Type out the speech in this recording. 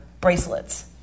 bracelets